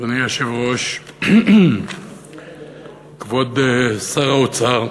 אדוני היושב-ראש, כבוד שר האוצר,